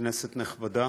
כנסת נכבדה,